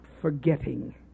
forgetting